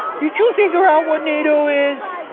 did you figure out what nato is?